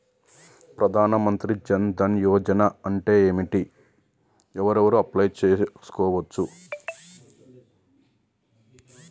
ప్రధాన మంత్రి జన్ ధన్ యోజన అంటే ఏంటిది? ఎవరెవరు అప్లయ్ చేస్కోవచ్చు?